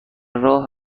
راه